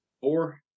Four